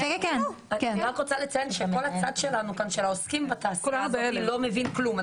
אני רק רוצה לציין שכל הצד שלנו כאן של העוסקים בתעשייה לא מבין כלום.